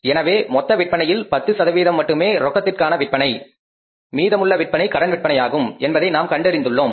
எனவே மொத்த விற்பனையில் 10 மட்டுமே ரொக்கத்திற்கான விற்பனை மற்றும் மீதமுள்ள விற்பனை கடன் விற்பனையாகும் என்பதை நாம் கண்டறிந்துள்ளோம்